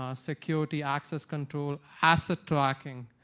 ah security access control, hazard tracking.